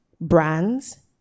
brands